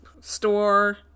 store